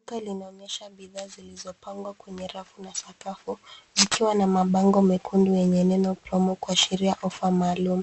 Duka linaonyesha bidhaa zilizopangwa kwenye rafu na sakafu zikiwa na mabango mekundu yenye neno Promo kuashiria ofa maalum.